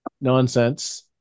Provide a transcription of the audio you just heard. nonsense